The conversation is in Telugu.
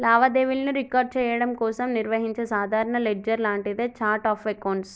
లావాదేవీలను రికార్డ్ చెయ్యడం కోసం నిర్వహించే సాధారణ లెడ్జర్ లాంటిదే ఛార్ట్ ఆఫ్ అకౌంట్స్